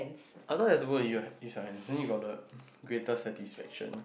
I thought is go and use your hand use your hand then you got the greatest satisfaction